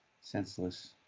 senseless